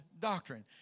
doctrine